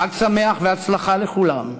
חג שמח והצלחה לכולם,